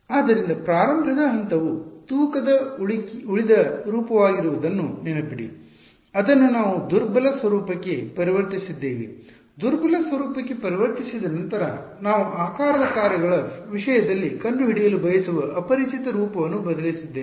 ಆದ್ದರಿಂದ ಪ್ರಾರಂಭದ ಹಂತವು ತೂಕದ ಉಳಿದ ರೂಪವಾಗಿರುವುದನ್ನು ನೆನಪಿಡಿ ಅದನ್ನು ನಾವು ದುರ್ಬಲ ಸ್ವರೂಪಕ್ಕೆ ಪರಿವರ್ತಿಸಿದ್ದೇವೆ ದುರ್ಬಲ ಸ್ವರೂಪಕ್ಕೆ ಪರಿವರ್ತಿಸಿದ ನಂತರ ನಾವು ಆಕಾರದ ಕಾರ್ಯಗಳ ವಿಷಯದಲ್ಲಿ ಕಂಡುಹಿಡಿಯಲು ಬಯಸುವ ಅಪರಿಚಿತ ರೂಪವನ್ನು ಬದಲಿಸಿದ್ದೇವೆ